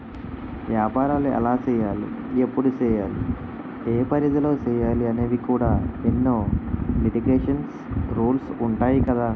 ఏపారాలు ఎలా సెయ్యాలి? ఎప్పుడు సెయ్యాలి? ఏ పరిధిలో సెయ్యాలి అనేవి కూడా ఎన్నో లిటికేషన్స్, రూల్సు ఉంటాయి కదా